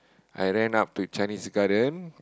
I ran up to Chinese-Garden